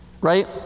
Right